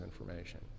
information